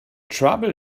trouble